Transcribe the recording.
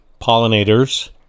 pollinators